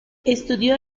estudió